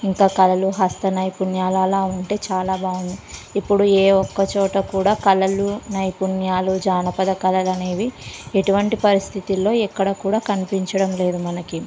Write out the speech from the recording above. ఇంకా కళలు హస్త నైపుణ్యాలు అలా ఉంటే చాలా బాగుంది ఇప్పుడు ఏ ఒక చోట కూడా కళలు నైపుణ్యాలు జానపద కళలు అనేవి ఎటువంటి పరిస్థితులలో ఎక్కడ కూడా కనిపించడం లేదు మనకు